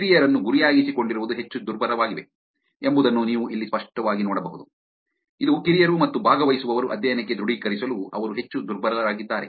ಕಿರಿಯರನ್ನು ಗುರಿಯಾಗಿಸಿಕೊಂಡಿರುವುದು ಹೆಚ್ಚು ದುರ್ಬಲವಾಗಿವೆ ಎಂಬುದನ್ನು ನೀವು ಇಲ್ಲಿ ಸ್ಪಷ್ಟವಾಗಿ ನೋಡಬಹುದು ಇದು ಕಿರಿಯರು ಮತ್ತು ಭಾಗವಹಿಸುವವರು ಅಧ್ಯಯನಕ್ಕೆ ದೃಢೀಕರಿಸಲು ಅವರು ಹೆಚ್ಚು ದುರ್ಬಲರಾಗಿದ್ದಾರೆ